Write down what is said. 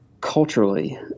culturally